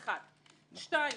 שתיים,